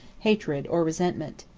hatred, or resentment.